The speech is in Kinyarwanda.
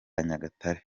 nyagatare